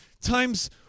times